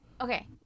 okay